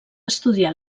estudià